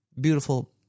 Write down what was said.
beautiful